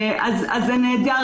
זה נהדר,